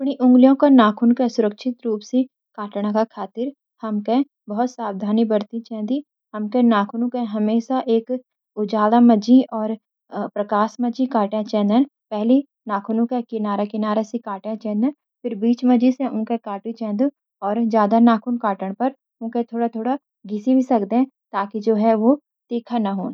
उंगलियों का नाखूनों के सुरक्षित रूप सी काटन का खातिर हमके बहुत सावधानी बरतीं चेन्दी। नाखूनों के हमेशा उजाला मंजी प्रकाश मंजी काटा चेदन। पहली नाखूनों के किनारा किनारा सी काटन फिर बीच मंजिन काटू चेनंदु, ज्यादा नाखुन काटन पर उनके थोड़ा थोड़ा घिसी भी सकदे ताकि ऊ तीखा नह होन।